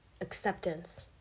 acceptance